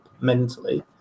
mentally